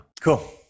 Cool